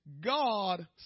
God